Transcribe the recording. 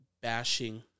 bashing